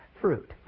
fruit